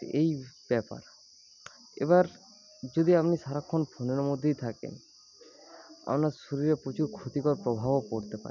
এই ব্যাপার এবার যদি আপনি সারাক্ষণ ফোনের মধ্যেই থাকেন আপনার শরীরে প্রচুর ক্ষতিকর প্রভাবও পড়তে পারে